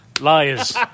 Liars